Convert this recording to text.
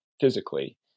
physically